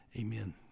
Amen